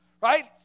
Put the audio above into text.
Right